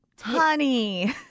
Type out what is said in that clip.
honey